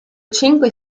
cinque